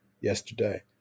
yesterday